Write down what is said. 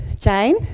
Jane